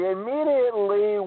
Immediately